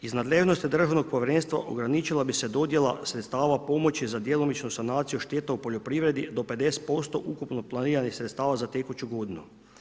Iz nadležnosti Državnog povjerenstva ograničila bi se dodjela sredstava pomoći za djelomičnu sanaciju šteta u poljoprivredi do 50% ukupno planiranih sredstava za tekuću godinu.